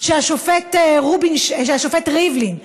שהשופט ריבלין,